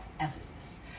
Ephesus